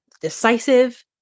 decisive